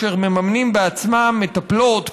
והם מממנים בעצמם מטפלות,